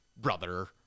brother